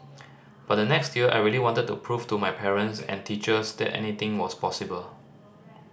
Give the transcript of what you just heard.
but the next year I really wanted to prove to my parents and teachers that anything was possible